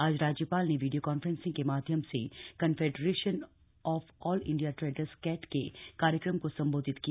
आज राज्यपाल ने वीडियो कान्फ्रेंसिंग के माध्यम से confederation of all India traders CAIT के कार्यक्रम को संबोधित किया